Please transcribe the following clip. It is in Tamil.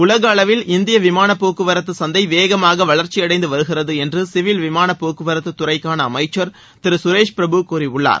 உலக அளவில் இந்திய விமான போக்குவரத்து சந்தை வேகமாக வளர்ச்சியடைந்து வருகிறது என்று சிவில் விமான போக்குவரத்து துறை துறைக்கான அமைச்சள் திரு சுரேஷ் பிரபு கூறியுள்ளார்